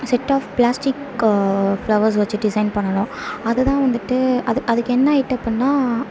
set of plastic கோ flowers வெச்சு design பண்ணணும் அதை தான் வந்துட்டு அது அதுக்கு என்ன ஐட்டபுன்னால்